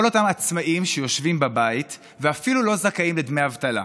כל אותם עצמאים שיושבים בבית ואפילו לא זכאים לדמי אבטלה: